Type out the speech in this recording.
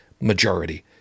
majority